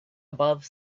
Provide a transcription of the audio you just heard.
above